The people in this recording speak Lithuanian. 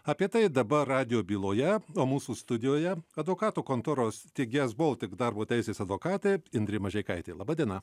apie tai dabar radijo byloje o mūsų studijoje advokatų kontoros steigėjas baltic darbo teisės advokatė indrė mažeikaitė laba diena